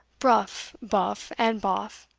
bruff, buff, and boff,